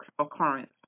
occurrence